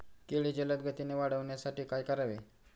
केळी जलदगतीने वाढण्यासाठी काय करावे?